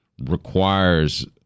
requires